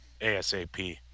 ASAP